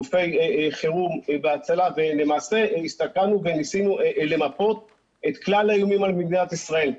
גופי חירום והצלה ולמעשה ניסינו למפות את כלל האיומים על מדינת ישראל.